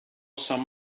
some